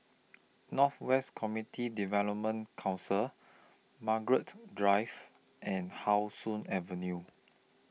North West Community Development Council Margaret Drive and How Sun Avenue